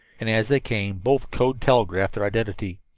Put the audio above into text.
and as they came both code-telegraphed their identity.